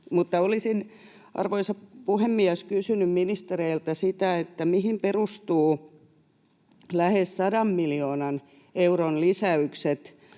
olisin, arvoisa puhemies, kysynyt ministereiltä sitä, mihin perustuvat lähes 100 miljoonan euron lisäykset